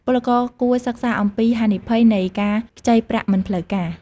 ពលករគួរសិក្សាអំពីហានិភ័យនៃការខ្ចីប្រាក់មិនផ្លូវការ។